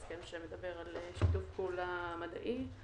הסכם שמדבר על שיתוף פעולה מדעי.